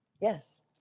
Yes